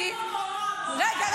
רגע,